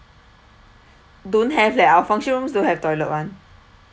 don't have leh our function room don't have toilet [one]